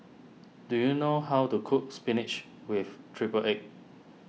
do you know how to cook Spinach with Triple Egg